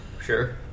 Sure